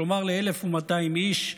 כלומר ל-1,200 איש,